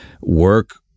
work